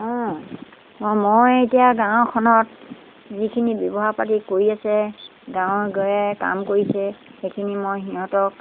অঁ মই এতিয়া গাঁওখনত যিখিনি ব্যৱসায় পাতি কৰি আছে গাঁৱৰ গঁঞাই কাম কৰিছে সেইখিনি মই সিহঁতক